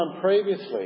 previously